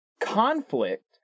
conflict